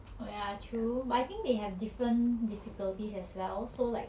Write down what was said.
oh ya true but I think they have different difficulties as well so like